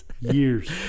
Years